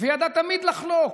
וידע תמיד לחלוק.